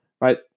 right